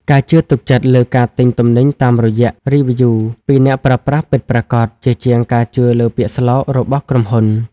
ការជឿទុកចិត្តលើការទិញទំនិញតាមរយៈ " (Reviews)" ពីអ្នកប្រើប្រាស់ពិតប្រាកដ ជាជាងការជឿលើពាក្យស្លោករបស់ក្រុមហ៊ុន។